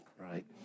Right